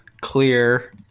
clear